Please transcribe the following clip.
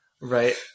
Right